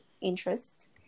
interest